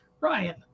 Ryan